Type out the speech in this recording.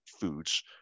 foods